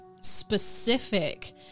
specific